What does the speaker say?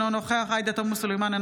אינו נוכח עאידה תומא סלימאן,